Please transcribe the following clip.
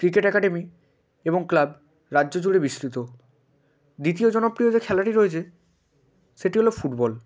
cricket academy এবং club রাজ্য জুড়ে বিস্তৃত দ্বিতীয় জনপ্রিয় যে খেলাটি রয়েছে সেটি হল ফুটবল